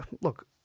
Look